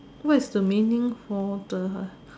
what is the meaning for the